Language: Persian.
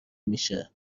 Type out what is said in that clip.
میشه